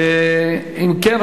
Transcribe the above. אם כן,